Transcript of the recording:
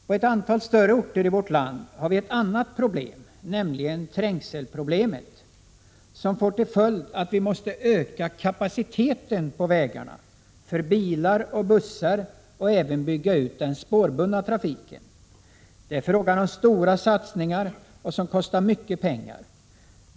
På ett antal större orter i vårt land har vi ett annat problem, nämligen trängselproblemet, som medför att vi måste öka kapaciteten på vägarna för bilar och bussar och även bygga ut den spårbundna trafiken. Det är fråga om stora satsningar som kostar mycket pengar.